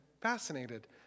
fascinated